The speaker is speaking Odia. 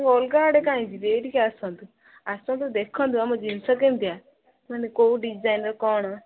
ଅଲ୍ଗା ଆଡ଼େ କାହିଁକି ଯିବି ଏଇଠିକି ଆସନ୍ତୁ ଆସନ୍ତୁ ଦେଖନ୍ତୁ ଆମ ଜିନିଷ କେମିତିଆ ମାନେ କୋଉ ଡିଜାଇନ୍ର କ'ଣ